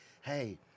hey